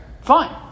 Fine